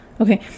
okay